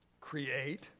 Create